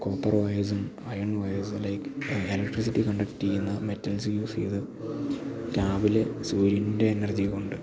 copper വയേഴ്സും iron വയേഴ്സും like electricity conduct ചെയ്യുന്ന മെറ്റൽസ് യൂസ് ചെയ്ത് രാവിലെ സൂര്യൻ്റെ എനർജി കൊണ്ട്